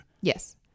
Yes